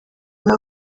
muri